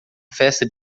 festa